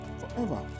forever